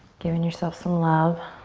giving yourself some love.